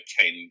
ten